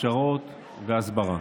הכשרות והסברה.